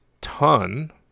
ton